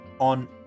on